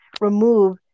remove